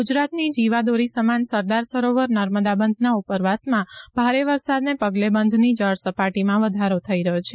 ગુજરાતની જીવાદોરી સમાન સરદાર સરોવર નર્મદા બંધના ઉપરવાસમાં ભારે વરસાદને પગલે બંધની જળ સપાટીમાં વધારો થઈ રહ્યો છે